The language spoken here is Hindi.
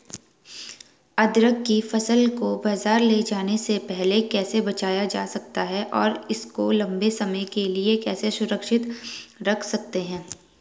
अदरक की फसल को बाज़ार ले जाने से पहले कैसे बचाया जा सकता है और इसको लंबे समय के लिए कैसे सुरक्षित रख सकते हैं?